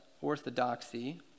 orthodoxy